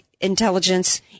intelligence